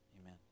Amen